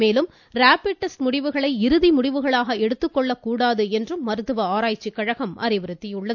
மேலும் rapid test முடிவுகளை இறுதி முடிவுகளாக எடுத்துக் கொள்ளக் கூடாது என்றும் மருத்துவ ஆராய்ச்சி கழகம் அறிவுறுத்தி உள்ளது